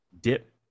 dip